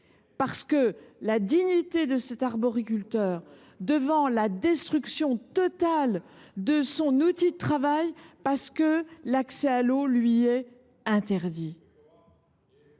marquée par la dignité de cet arboriculteur, face à la destruction totale de son outil de travail, simplement parce que l’accès à l’eau lui est interdit.